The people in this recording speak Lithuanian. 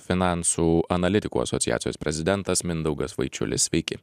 finansų analitikų asociacijos prezidentas mindaugas vaičiulis sveiki